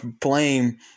blame